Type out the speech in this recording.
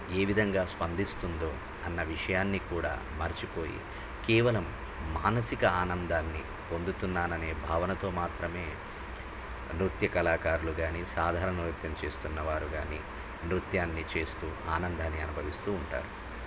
ఏ విధంగా స్పందిస్తుందో అన్న విషయాన్ని కూడా మర్చిపోయి కేవలం మానసిక ఆనందాన్ని పొందుతున్నాననే భావనతో మాత్రమే నృత్య కళాకారులు కానీ సాధారణ నృత్యం చేస్తున్నవారు కానీ నృత్యాన్ని చేస్తూ ఆనందాన్ని అనుభవిస్తూ ఉంటారు